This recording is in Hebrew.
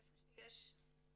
איפה שיש אוכלוסייה